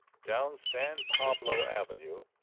down san pablo avenue,